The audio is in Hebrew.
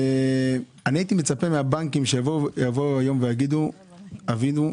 הייתי מצפה שהבנקים יגידו היום: עווינו,